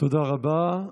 תודה רבה.